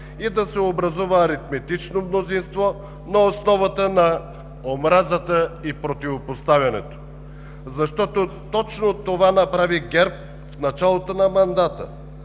и да се образува аритметично мнозинство на основата на омразата и противопоставянето? Защото точно това направи ГЕРБ в началото на мандата